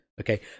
Okay